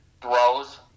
throws